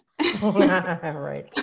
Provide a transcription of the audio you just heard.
Right